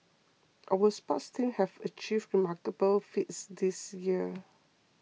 our sports teams have achieved remarkable feats this year